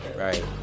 right